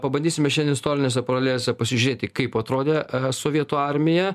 pabandysime šiandien istorinėse paralelėse pasižiūrėti kaip atrodė sovietų armija